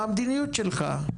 מה המדיניות שלך.